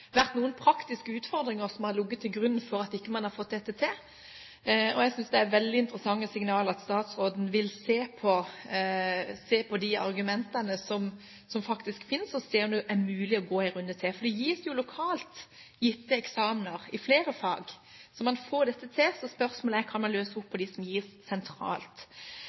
veldig interessante signaler at statsråden vil se på de argumentene som faktisk finnes og se om det er mulig å gå en runde til. For det gis jo eksamener lokalt i flere fag, så man får dette til. Spørsmålet er: Kan man løse opp på dem som gis sentralt?